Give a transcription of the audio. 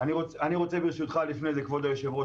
אני רוצה, ברשותך, לפני זה, כבוד היושב ראש.